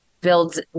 builds